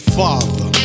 father